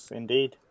indeed